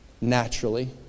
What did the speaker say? naturally